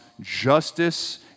justice